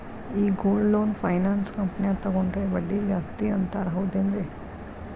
ಈ gold loan finance ಕಂಪನ್ಯಾಗ ತಗೊಂಡ್ರೆ ಬಡ್ಡಿ ಜಾಸ್ತಿ ಅಂತಾರ ಹೌದೇನ್ರಿ?